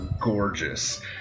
gorgeous